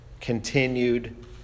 continued